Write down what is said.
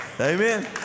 Amen